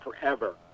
forever